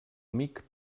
amic